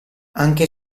anche